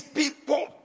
people